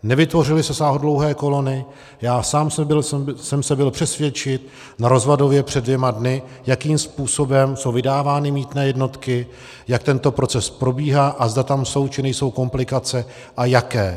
Nevytvořily se sáhodlouhé kolony, já sám jsem se byl přesvědčit na Rozvadově před dvěma dny, jakým způsobem jsou vydávány mýtné jednotky, jak tento proces probíhá a zda tam jsou, či nejsou komplikace a jaké.